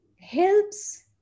helps